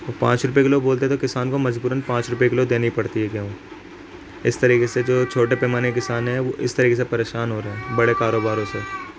وہ پانچ روپئے کلو بولتے ہیں تو کسان کو مجبوراً پانچ روپئے کلو دینی پڑتی ہے گیہوں اس طریقے سے جو چھوٹے پیمانے کے کسان ہیں وہ اس طریقے سے پریشان ہو رہے ہیں بڑے کاروباروں سے